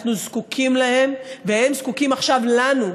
אנחנו זקוקים להם והם זקוקים עכשיו לנו,